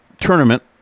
Tournament